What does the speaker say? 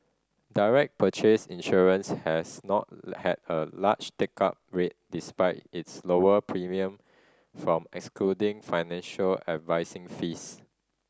direct purchase insurance has not had a large take up rate despite its lower premium from excluding financial advising fees